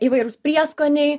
įvairūs prieskoniai